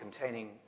containing